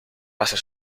hacia